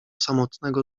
samotnego